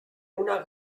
una